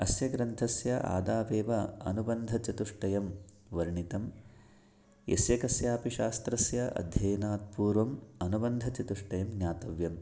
अस्य ग्रन्थस्य आदावेव अनुबन्धचतुष्टयं वर्णितं यस्य कस्यापि शास्त्रस्य अध्ययनात् पूर्वम् अनुबन्धचतुष्टयं ज्ञातव्यं